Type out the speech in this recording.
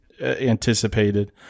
anticipated